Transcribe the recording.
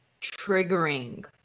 triggering